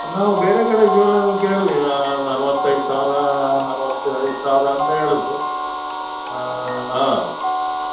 ನಾವು ಬೇರೆ ಕಡೆ ಜಿವೆಲರಲ್ಲಿ ಕೇಳ್ದೆ ನಾನು ನಲವತ್ತೈದು ಸಾವಿರ ನಲವತ್ತು ಐದು ಸಾವಿರ ಅಂತ ಹೇಳಿದ್ರು ಹಾಂ